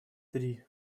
три